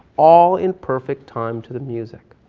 all in perfect time to the music.